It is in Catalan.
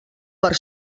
per